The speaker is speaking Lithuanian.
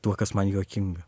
tuo kas man juokinga